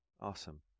Awesome